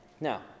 Now